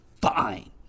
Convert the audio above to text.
fine